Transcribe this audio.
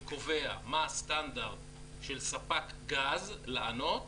שקובע מה הסטנדרט של ספק גז לענות,